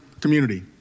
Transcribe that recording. community